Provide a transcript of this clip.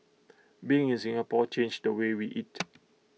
being in Singapore changed the way we eat